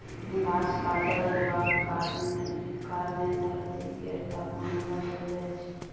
गाछ काटल जेबाक कारणेँ धरती केर तापमान बढ़ल जाइ छै